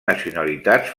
nacionalitats